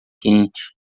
quente